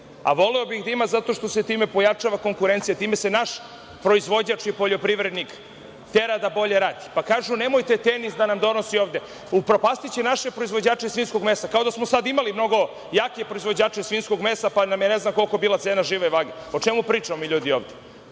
a voleo bih da ih ima zato što se time pojačava konkurencija. Time se naš proizvođač i poljoprivrednik tera da bolje radi. Pa kaže, nemojte „Tenis“ da nam dolazi ovde, upropastiće naše proizvođače svinjskog mesa, kao da smo sada imali mnogo jake proizvođače svinjskog mesa pa nam je ne znam koliko, bila cena žive vage. O čemu pričamo mi ljudi ovde? Ovde